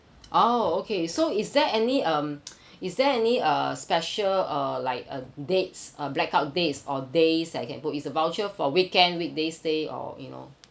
oh okay so is there any um is there any uh special uh like a dates uh blackout dates or days that I can book is the voucher for weekend weekday stay or you know